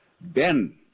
Ben